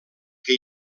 que